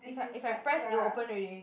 if I if I press it will open already